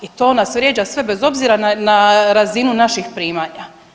I to nas vrijeđa sve bez obzira na razinu naših primanja.